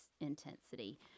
intensity